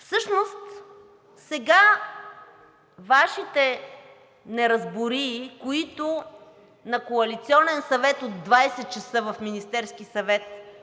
Всъщност сега Вашите неразбории, които на Коалиционен съвет от 20,00 ч. в Министерския съвет